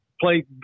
play